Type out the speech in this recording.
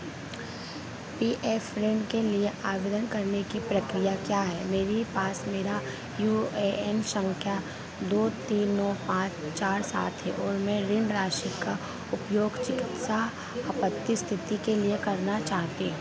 P F ऋण के लिए आवेदन करने की प्रक्रिया क्या है मेरे पास मेरा यू ए एन संख्या दो तीन नौ पाँच चार सात है और मैं ऋण राशि का उपयोग चिकित्सा आपात स्थिति के लिए करना चाहता